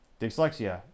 Dyslexia